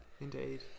Indeed